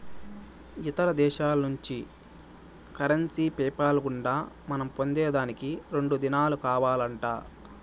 ఇతర దేశాల్నుంచి currency PayPal గుండా మనం పొందేదానికి రెండు దినాలు కావాలంట